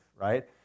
right